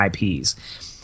IPs